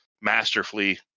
masterfully